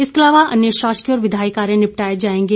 इसके अलावा अन्य शासकीय और विघायी कार्य निपटाए जाएंगे